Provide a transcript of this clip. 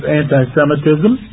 anti-Semitism